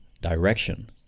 direction